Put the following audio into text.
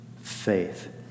faith